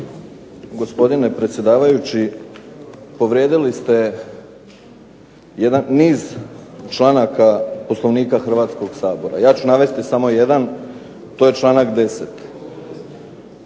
Gospodine predsjedavajući, povrijedili ste jedan niz članaka Poslovnika Hrvatskog sabora. Ja ću navesti samo jedan. To je članak 10.